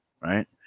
right